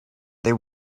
they